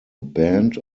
band